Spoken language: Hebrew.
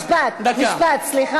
משפט, סליחה.